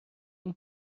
این